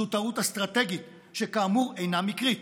זו טעות אסטרטגית שכאמור, היא אינה מקרית.